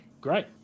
great